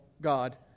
God